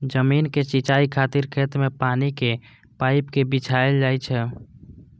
जमीन के सिंचाइ खातिर खेत मे पानिक पाइप कें बिछायल जाइ छै